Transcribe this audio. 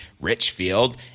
Richfield